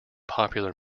popular